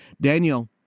Daniel